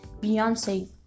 Beyonce